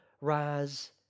rise